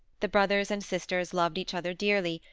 the brothers and sisters loved each other dearly,